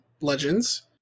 Legends